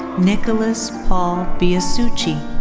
nicholas paul biasucci.